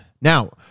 now